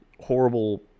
horrible